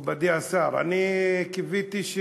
אני אדם מאמין.